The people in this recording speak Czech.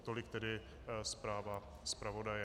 Tolik tedy zpráva zpravodaje.